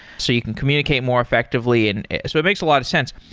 so you can communicate more effectively. and so it makes a lot of sense.